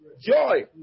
joy